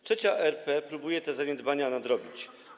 III RP próbuje te zaniedbania nadrobić.